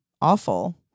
awful